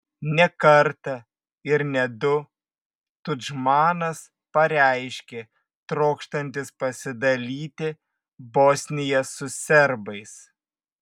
ne kartą ir ne du tudžmanas pareiškė trokštantis pasidalyti bosniją su serbais